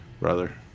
brother